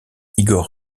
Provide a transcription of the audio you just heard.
igor